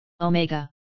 Omega